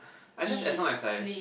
I just as long as I